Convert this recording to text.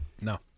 No